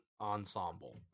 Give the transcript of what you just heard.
ensemble